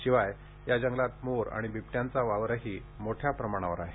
शिवाय या जंगलात मोर आणि बिबट्याचा वावर मोठ्या प्रमाणावर आहे